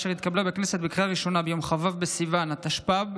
אשר התקבלה בכנסת בקריאה ראשונה ביום כ"ו בסיוון התשפ"ב,